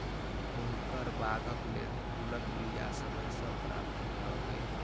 हुनकर बागक लेल फूलक बीया समय सॅ प्राप्त भ गेल